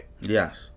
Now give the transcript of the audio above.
yes